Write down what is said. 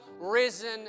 risen